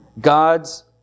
God's